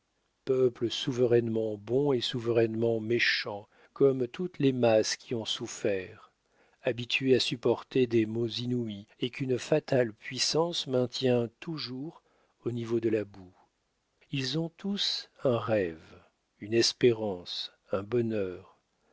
peuple souverainement bon et souverainement méchant comme toutes les masses qui ont souffert habitué à supporter des maux inouïs et qu'une fatale puissance maintient toujours au niveau de la boue ils ont tous un rêve une espérance un bonheur